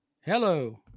Hello